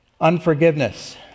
Unforgiveness